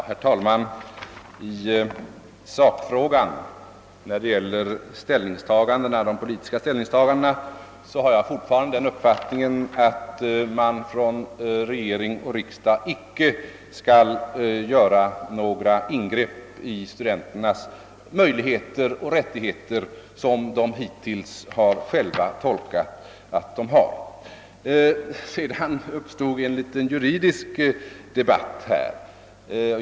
Herr talman! När det gäller de politiska ställningstagandena har jag i sakfrågan fortfarande den uppfattningen, att man från regering och riksdag icke skall göra några ingrepp i studenternas möjligheter och rättigheter såsom de hittills har tolkat dem. Sedan uppstod här en liten juridisk debatt.